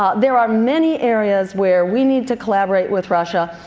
ah there are many areas where we need to collaborate with russia,